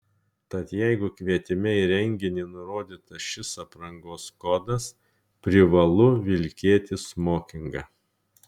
tad jeigu kvietime į renginį nurodytas šis aprangos kodas privalu vilkėti smokingą